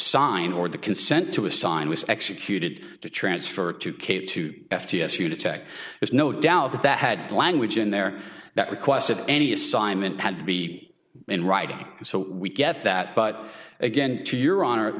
sign or the consent to assign was executed to transfer to cave to f t s unitech is no doubt that had language in there that requested any assignment had to be in writing so we get that but again to your honor